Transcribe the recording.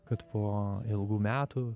kad po ilgų metų